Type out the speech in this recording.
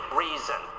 reason